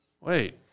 Wait